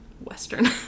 Western